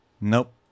Nope